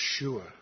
Yeshua